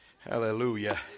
Hallelujah